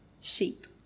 sheep